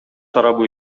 тарабы